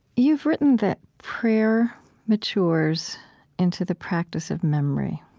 you've written that prayer matures into the practice of memory.